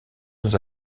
dans